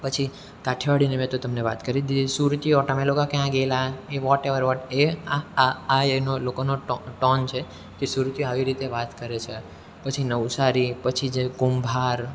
પછી કાઠિયાવાડીની મેં તો તમને વાત કરી જ દીધી સુરતીઓ તમે લોકો ક્યાં ગેલા એ વોટ એવર વોટ એ આ આ આ એનો લોકોનો ટોન છે જે સુરતીઓ આવી રીતે વાત કરે છે પછી નવસારી પછી છે કુંભાર